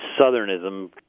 Southernism